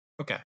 Okay